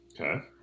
Okay